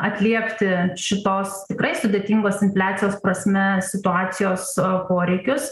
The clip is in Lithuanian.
atliepti šitos tikrai sudėtingos infliacijos prasme situacijos poreikius